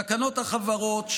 תקנות החברות,